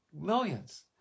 millions